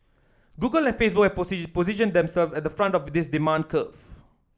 Google and Facebook have position positioned themselves at the front of this demand curve